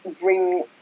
bring